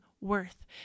worth